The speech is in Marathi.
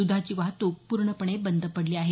द्धाची वाहतूक पुर्णपणे बंद पडली आहे